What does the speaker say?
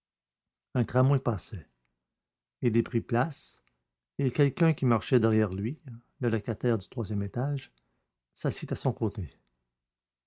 un tramway passait il y prit place et quelqu'un qui marchait derrière lui le locataire du troisième étage s'assit à son côté